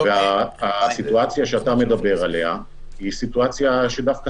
והסיטואציה שאתה מדבר עליה היא סיטואציה שדווקא